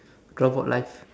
robot life